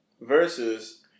Versus